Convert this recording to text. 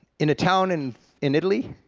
in a town and in italy,